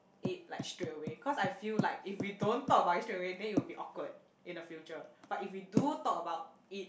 it like straight away cause I feel like if we don't talk about it straight away then you will be awkward in the future but if we do talk about it